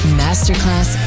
masterclass